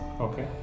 Okay